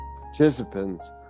participants